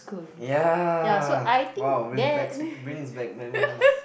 ya !wow! bring back brings back memories